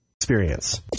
Experience